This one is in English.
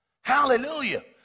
Hallelujah